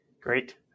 great